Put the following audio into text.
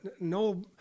no